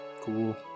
Cool